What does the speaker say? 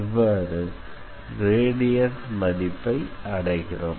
இவ்வாறு கிரேடியண்ட் மதிப்பை அடைகிறோம்